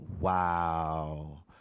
Wow